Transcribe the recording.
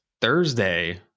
thursday